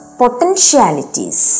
potentialities